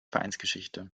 vereinsgeschichte